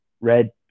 Red